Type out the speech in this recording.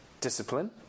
discipline